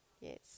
Yes